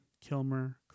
Kilmer